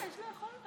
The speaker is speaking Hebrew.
אמרתי לך,